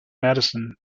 madison